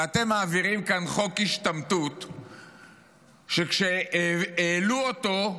ואתם מעבירים כאן חוק השתמטות שכשהעלו אותו,